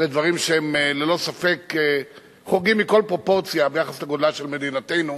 אלה דברים שהם ללא ספק חורגים מכל פרופורציה ביחס לגודלה של מדינתנו.